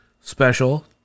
special